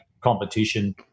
competition